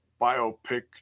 biopic